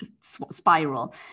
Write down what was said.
spiral